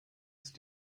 ist